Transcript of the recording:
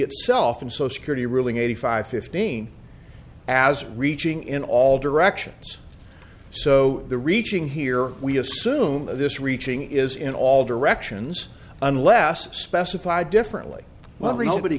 itself and so security ruling eighty five fifteen as reaching in all directions so the reaching here we assume of this reaching is in all directions unless specified differently well nobody